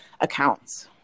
accounts